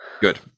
good